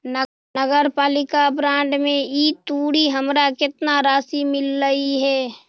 नगरपालिका बॉन्ड में ई तुरी हमरा केतना राशि मिललई हे?